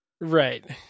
Right